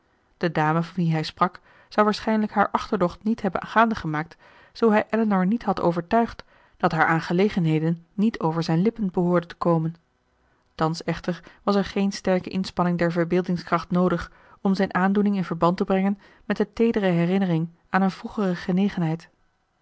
de dame van wie hij sprak zou waarschijnlijk haar achterdocht niet hebben gaande gemaakt zoo hij elinor niet had overtuigd dat haar aangelegenheden niet over zijne lippen behoorden te komen thans echter was er geen sterke inspanning der verbeeldingskracht noodig om zijn aandoening in verband te brengen met de teedere herinnering aan een vroegere genegenheid